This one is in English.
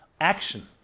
Action